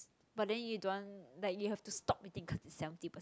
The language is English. but then you don't want like you have to stop eating cause it's seventy percent